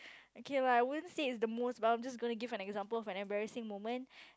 okay lah I won't say it's the most but I'm just gonna give an example of a embarrassing moment